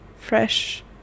fresh